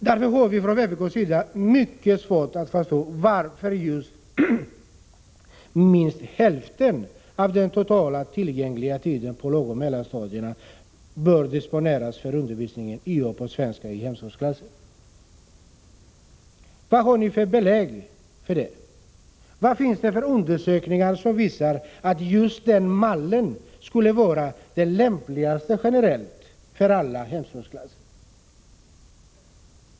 Därför har vi från vpk:s sida mycket svårt att förstå varför minst hälften av den totala tillgängliga tiden på lågoch mellanstadiet bör disponeras för undervisning i och på svenska i hemspråksklasser. Vad har ni för belägg för det? Vad finns det för undersökningar som visar att just den mallen generellt skulle vara den lämpligaste för alla hemspråksklasser?